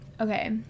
Okay